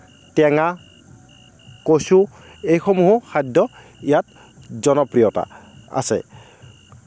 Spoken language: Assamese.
টেঙা কচু এইসমূহো খাদ্য ইয়াত জনপ্ৰিয়তা আছে